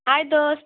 ହାଏ ଦୋସ୍ତ